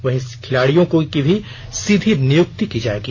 वहीं खिलाड़ियों की भी सीधी नियुक्ति की जायेगी